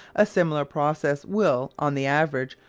a similar process will, on the average,